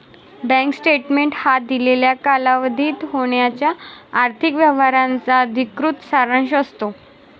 bank statement हा दिलेल्या कालावधीत होणाऱ्या आर्थिक व्यवहारांचा अधिकृत सारांश असतो